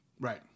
Right